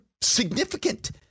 significant